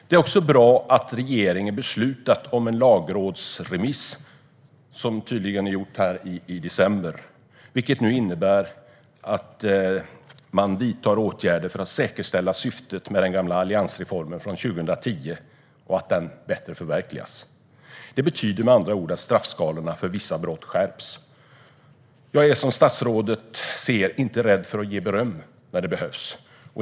Det är också bra att regeringen har beslutat om en lagrådsremiss, vilket tydligen gjordes i december. Det innebär att man vidtar åtgärder för att säkerställa att syftet med den gamla alliansreformen från 2010 bättre förverkligas. Det betyder med andra ord att straffskalorna för vissa brott skärps. Jag är, som statsrådet märker, inte rädd för att ge beröm när det behövs.